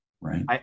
right